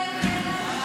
קשה להם,